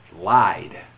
Lied